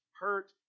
hurt